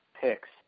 picks